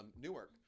newark